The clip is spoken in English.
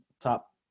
top